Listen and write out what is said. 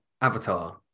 Avatar